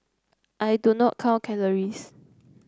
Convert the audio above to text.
I do not count calories